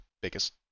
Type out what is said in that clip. biggest